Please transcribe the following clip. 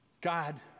God